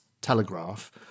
telegraph